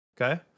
okay